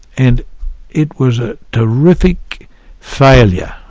and it was a terrific failure,